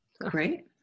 great